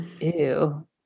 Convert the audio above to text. Ew